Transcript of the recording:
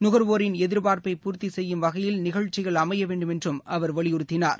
நுகாவோரின் எதிர்பார்ப்பை பூர்த்தி செய்யும் வகையில் நிகழ்ச்சிகள் அமைய வேண்டுமென்றும் அவர் வலியுறுத்தினார்